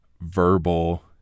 verbal